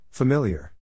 Familiar